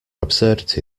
absurdity